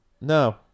No